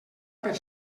per